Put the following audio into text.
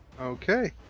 Okay